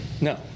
No